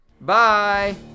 Bye